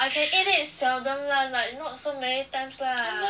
I can eat it seldom lah like not so many times lah